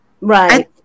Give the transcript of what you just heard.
right